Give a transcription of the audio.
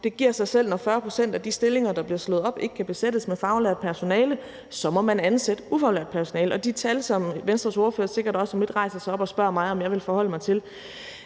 Det giver sig selv, at når 40 pct. af de stillinger, der bliver slået op, ikke kan besættes med faglært personale, så må man ansætte ufaglært personale. Og de tal, som Venstres ordfører sikkert også om lidt rejser sig op og spørger mig om jeg vil forholde mig til,